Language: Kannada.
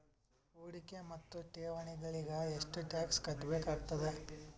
ಹೂಡಿಕೆ ಮತ್ತು ಠೇವಣಿಗಳಿಗ ಎಷ್ಟ ಟಾಕ್ಸ್ ಕಟ್ಟಬೇಕಾಗತದ?